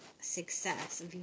success